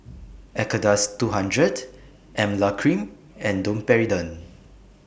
Acardust two hundred Emla Cream and Domperidone